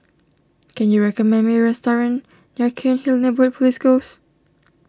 can you recommend me a restaurant near Cairnhill Neighbourhood Police Post